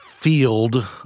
field